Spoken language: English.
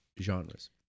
genres